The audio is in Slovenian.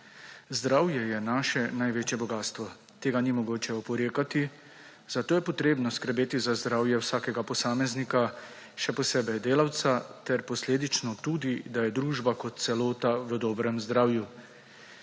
Zdravje je naše največje bogastvo, temu ni mogoče oporekati, zato je potrebno skrbeti za zdravje vsakega posameznika, še posebej delavca, ter posledično tudi, da je družba kot celota dobrega zdravja.